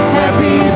happy